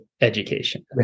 education